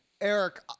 Eric